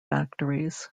factories